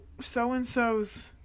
so-and-so's